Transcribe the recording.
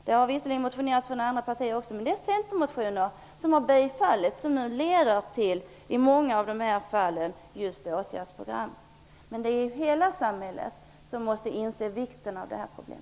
Det har visserligen motionerats från andra partier, men det är centermotioner som har bifallts och som nu leder till just åtgärdsprogram. Men hela samhället måste inse vikten av detta problem.